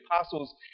apostles